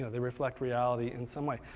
they reflect reality in some way.